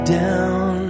down